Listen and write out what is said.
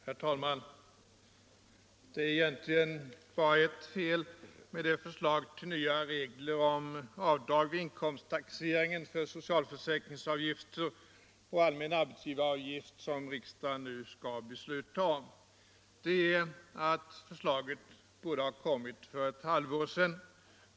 Herr talman! Det är egentligen bara ett fel med det förslag till nya regler om avdrag vid inkomsttaxeringen för socialförsäkringsavgifter och allmän arbetsgivaravgift som riksdagen nu skall besluta om. Det är att förslaget borde ha kommit för ett halvår sedan!